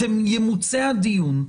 ימוצה הדיון.